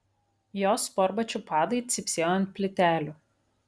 jos sportbačių padai cypsėjo ant plytelių